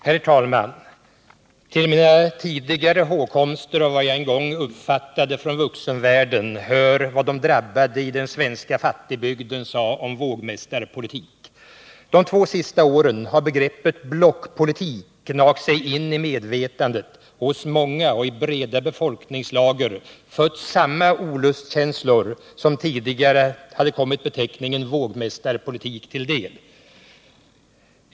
Herr talman! Till mina tidigare hågkomster av vad jag en gång uppfattade från vuxenvärlden hör vad de drabbade i den svenska fattigbygden sade om vågmästarpolitik. De två senaste åren har begreppet blockpolitik gnagt sig in i medvetandet och hos många och i breda befolkningslager fött samma olustkänslor som tidigare hade kommit beteckningen vågmästarpolitik till del.